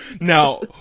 now